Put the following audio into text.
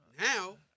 Now